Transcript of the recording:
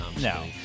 No